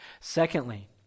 Secondly